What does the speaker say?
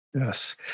Yes